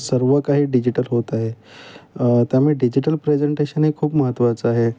सर्व काही डिजिटल होत आहे त्यामुळे डिजिटल प्रेझेंटेशन हे खूप महत्त्वाचं आहे